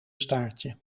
staartje